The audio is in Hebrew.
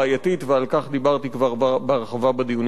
ועל כך דיברתי כבר בהרחבה בדיונים הקודמים.